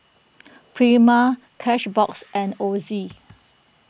Prima Cashbox and Ozi